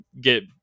get